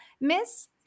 Miss